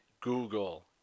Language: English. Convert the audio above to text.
Google